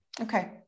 okay